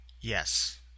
Yes